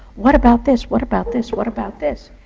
what about this? what about this? what about this?